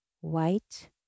white